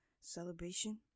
celebration